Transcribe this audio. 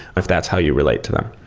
if that's how you relate to them.